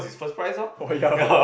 oh ya hor